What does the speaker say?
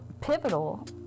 pivotal